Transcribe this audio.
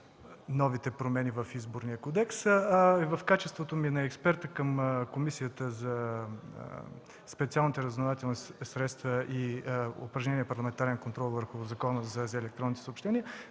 новите промени в Изборния кодекс, а в качеството ми на експерт към Комисията за специалните разузнавателни средства и упражняването на парламентарен контрол по Закона за електронните съобщения